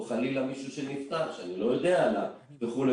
או חלילה מישהו שנפטר, שאני לא יודע עליו וכו'.